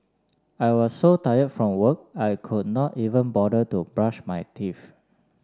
I was so tired from work I could not even bother to brush my teeth